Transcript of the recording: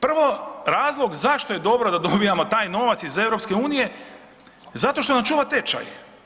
Prvo, razlog zašto je dobro da dobijamo taj novac EU, zato što nam čuva tečaj.